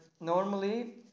normally